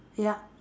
ya